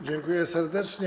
Dziękuję serdecznie.